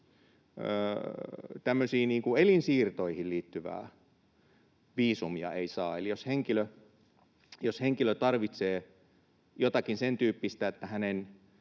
elinsiirtoihin liittyvää viisumia ei saa, eli jos henkilö tarvitsee jotakin sentyyppistä, että hänen